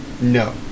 No